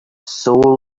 soul